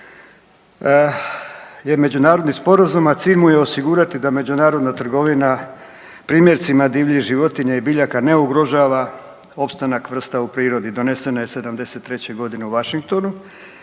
je međunarodni sporazum, a cilj mu je osigurati da međunarodna trgovina primjercima divljih životinja i biljaka ne ugrožava opstanak vrsta u prirodi. Donesena je '83. godine u Washingtonu.